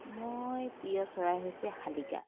মোৰ প্ৰিয় চৰাই হৈছে শালিকা